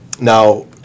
Now